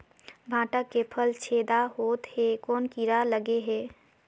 भांटा के फल छेदा होत हे कौन कीरा लगे हे?